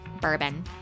bourbon